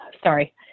sorry